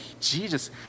Jesus